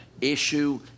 issue